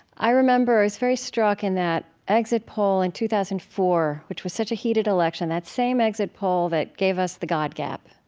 i remember, i was very struck in that exit poll in two thousand and four, which was such a heated election that same exit poll that gave us the god gap.